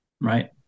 right